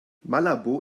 malabo